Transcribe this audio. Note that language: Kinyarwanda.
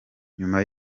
nyuma